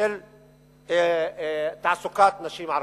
של תעסוקת נשים ערביות.